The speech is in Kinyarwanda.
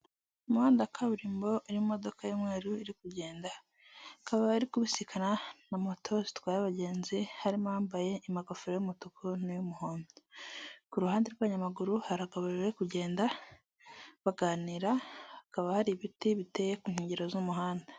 Umuhanda wa kaburimbo urimo imodoka y'umweru iri kugenda, ikaba iri kubisikana na moto zitwaye abagenzi harimo abambaye amagofero y'umutuku n'ay'umuhondo, kuruhande rw'abanyamaguru hakaba abari kugenda baganira, hakaba hari ibiti biteye ku nkengero z'umuhanda.